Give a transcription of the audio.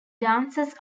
dances